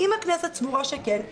אם הכנסת סבורה שכן,